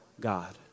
God